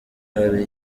hari